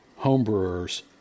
homebrewers